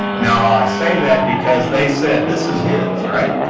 no, i say that because they said this is his, right?